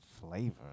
flavor